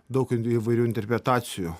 daug įvairių interpretacijų